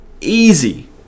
easy